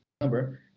number